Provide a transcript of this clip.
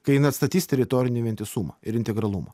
kai in atstatys teritorinį vientisumą ir integralumą